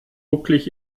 bucklig